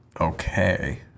Okay